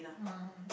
ah